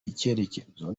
icyerekezo